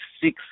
six